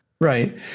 right